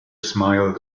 smiled